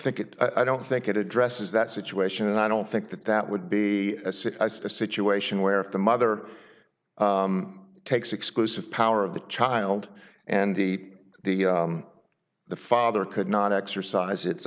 think it i don't think it addresses that situation and i don't think that that would be a sin a situation where if the mother takes exclusive power of the child and eat the the father could not exercise it